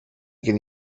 gen